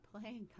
playing